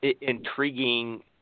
intriguing